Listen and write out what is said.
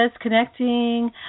connecting